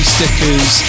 stickers